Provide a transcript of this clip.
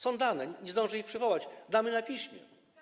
Są dane, nie zdążę ich przywołać, damy je na piśmie.